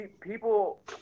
people